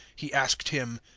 he asked him,